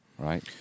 Right